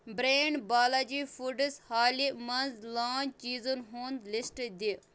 brand Balaji foods حالٕے مَنٛز launch چیٖزن ہُنٛد لِسٹ دِ